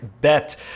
bet